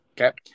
Okay